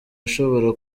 ashobora